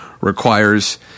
requires